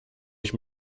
ich